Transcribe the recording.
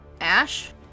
ash